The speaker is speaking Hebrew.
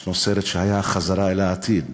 יש סרט "בחזרה לעתיד",